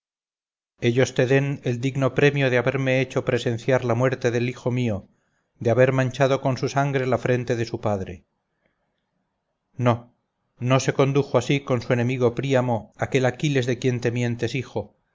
ellos te den el digno premio de haberme hecho presenciar la muerte del hijo mío de haber manchado con su sangre la frente de un padre no no se condujo así con su enemigo príamo aquel aquiles de quien te mientes hijo